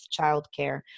childcare